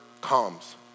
comes